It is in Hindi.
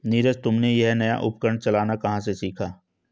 नीरज तुमने यह नया उपकरण चलाना कहां से सीखा?